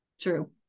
True